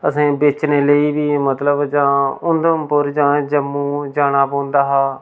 असें गी बेचने लेई बी मतलब जां उधमपुर जां जम्मू जाना पौंदा हा